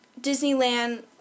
Disneyland